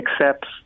accepts